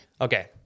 Okay